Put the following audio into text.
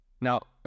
Now